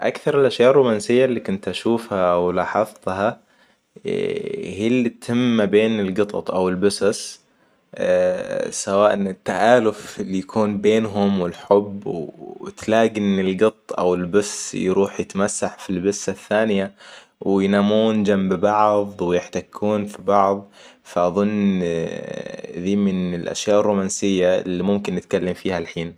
أكثر الاشياء الرومانسية اللي كنت اشوفها ولاحظتها هي اللي تتم ما بين القطط او البسس سواء التآلف اللي يكون بينهم والحب وتلاقي ان القط او البس يروح يتمسح في البسة الثانية وينامون جمب بعض ويحتكون في بعض فأظن ذي من الاشياء الرومانسية اللي ممكن نتكلم فيها الحين